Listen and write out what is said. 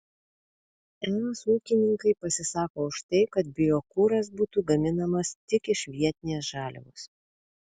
es ūkininkai pasisako už tai kad biokuras būtų gaminamas tik iš vietinės žaliavos